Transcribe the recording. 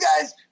guys